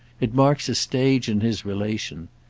it marks a stage in his relation.